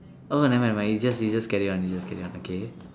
oh never mind never mind you just you just carry on you just carry on okay